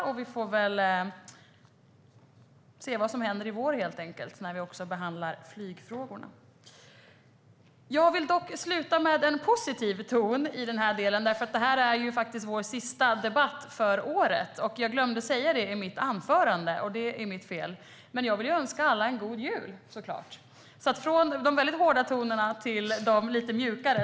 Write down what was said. Vi får väl helt enkelt se vad som händer i vår, när vi också behandlar flygfrågorna. Jag vill dock avsluta i en positiv ton. Det här är faktiskt vår sista debatt för året, och jag vill såklart önska alla en god jul! Jag glömde säga det i mitt anförande, och det är mitt fel. Från de väldigt hårda tonerna till de lite mjukare!